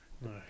No